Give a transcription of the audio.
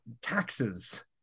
taxes